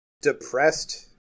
depressed